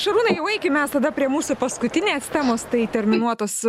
šarūnai jau eikim mes tada prie mūsų paskutinės temos tai terminuotos